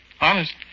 honest